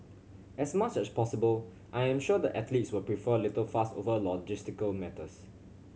as much as possible I am sure the athletes will prefer little fuss over logistical matters